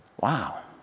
Wow